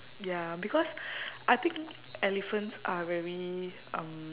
ya because I think elephants are very um